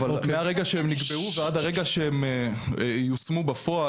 אבל מהרגע שהם נקבעו ועד הרגע שהם יושמו בפועל,